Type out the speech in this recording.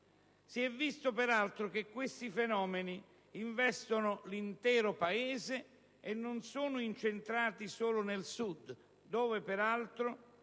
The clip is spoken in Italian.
Si è visto peraltro che questi fenomeni investono l'intero Paese e non sono concentrati solo nel Sud, dove peraltro